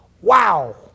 Wow